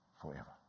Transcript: forever